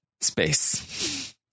space